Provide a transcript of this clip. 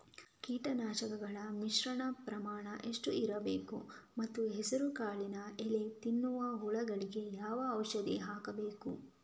ಕೀಟನಾಶಕಗಳ ಮಿಶ್ರಣ ಪ್ರಮಾಣ ಎಷ್ಟು ಇರಬೇಕು ಮತ್ತು ಹೆಸರುಕಾಳಿನ ಎಲೆ ತಿನ್ನುವ ಹುಳಗಳಿಗೆ ಯಾವ ಔಷಧಿ ಹಾಕಬೇಕು?